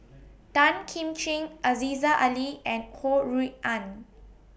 Tan Kim Ching Aziza Ali and Ho Rui An